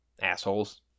Assholes